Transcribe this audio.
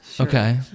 Okay